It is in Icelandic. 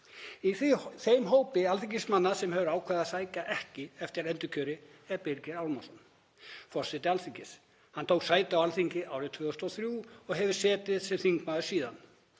Í þeim hópi alþingismanna sem hafa ákveðið að sækjast ekki eftir endurkjöri er Birgir Ármannsson, forseti Alþingis. Hann tók sæti á Alþingi árið 2003 og hefur setið sem þingmaður síðan.